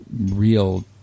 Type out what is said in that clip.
real